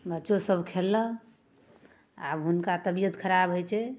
बच्चो सब खेलक आब हुनका तबियत खराब हैय छै